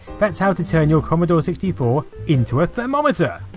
that's how to turn your commodore sixty four into a thermometer.